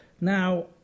Now